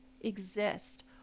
exist